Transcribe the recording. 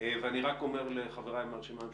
ואני רק אומר לחבריי ברשימה המשותפת,